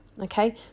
okay